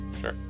Sure